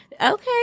Okay